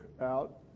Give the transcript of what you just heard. out